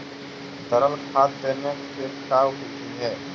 तरल खाद देने के का बिधि है?